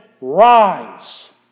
rise